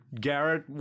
garrett